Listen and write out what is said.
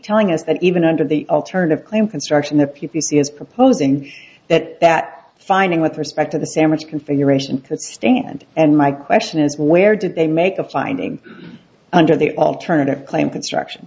telling us that even under the alternative claim construction the p p c is proposing that that finding with respect to the sandwich configuration could stand and my question is where did they make a finding under the alternative claim construction